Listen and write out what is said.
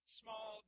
small